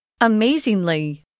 Amazingly